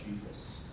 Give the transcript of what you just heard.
Jesus